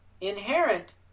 Inherent